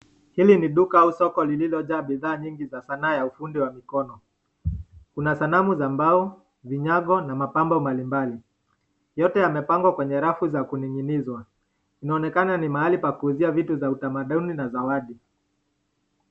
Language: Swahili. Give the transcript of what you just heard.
Hili ni duka au soko lililojaa bidhaa nyingi za sanaa ya ufundi wa mikono. Kuna sanamu za mbao, vinyago na mapambo mbali mbali. Yote yamepangwa kwenye rafu za kuning'inizwa. Inaonekana ni mahali pa kuuzia vitu za utamaduni na zawadi.